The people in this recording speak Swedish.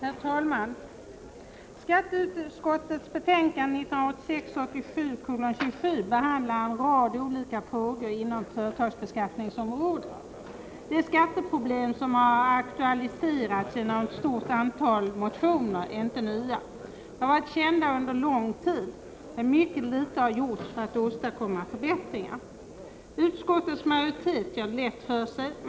Herr talman! Skatteutskottets betänkande 1986/87:27 behandlar en rad olika frågor inom företagsbeskattningsområdet. De skatteproblem som har aktualiserats genom ett stort antal motioner är inte nya. De har varit kända under lång tid. Men mycket litet har gjorts för att åstadkomma förbättringar. 9” Utskottets majoritet gör det lätt för sig.